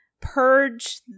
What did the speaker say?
purge